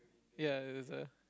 ya is the